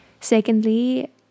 Secondly